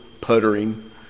puttering